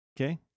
Okay